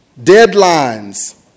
deadlines